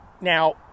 Now